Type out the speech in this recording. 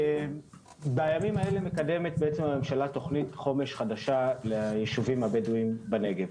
בימים האלה מקדמת הממשלה תוכנית חומש חדשה לישובים הבדווים בנגב.